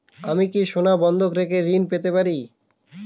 আমি কি সোনা বন্ধক রেখে ঋণ পেতে পারি?